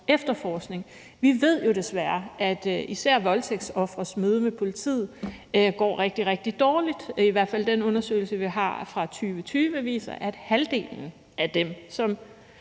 efterforskning. Vi ved jo desværre, at især voldtægtsofres møde med politiet går rigtig, rigtig dårligt. I hvert fald den undersøgelse, vi har fra 2020, viser, at halvdelen af dem, som